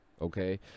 Okay